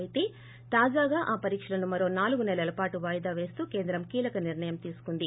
అయితే తాజాగా ఆ పరీక్షలను మరో నాలుగు నెలల పాటు వాయిదా పేస్తూ కేంద్రం కీలక నిర్ణయం తీసుకుంది